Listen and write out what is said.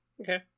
Okay